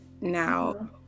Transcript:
now